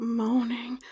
moaning